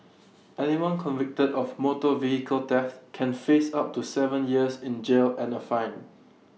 anyone convicted of motor vehicle theft can face up to Seven years in jail and A fine